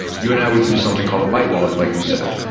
you and i would use something called the light wallet, like you said.